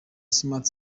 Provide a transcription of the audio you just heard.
smart